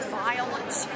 violence